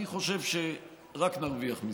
אני חושב שרק נרוויח מזה.